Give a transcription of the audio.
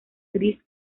gris